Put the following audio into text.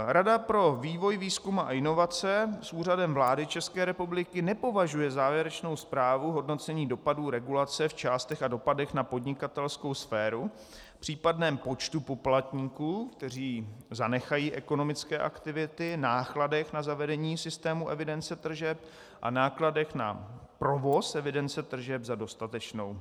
Rada pro vývoj, výzkum a inovace s Úřadem vlády České republiky nepovažuje závěrečnou zprávu hodnocení dopadů regulace v částech a dopadech na podnikatelskou sféru, případném počtu poplatníků, kteří zanechají ekonomické aktivity, nákladech na zavedení systému evidence tržeb a nákladech na provoz evidence tržeb za dostatečnou.